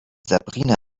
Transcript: sabrina